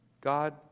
God